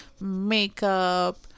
makeup